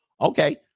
Okay